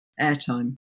airtime